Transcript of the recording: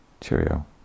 cheerio